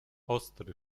ostry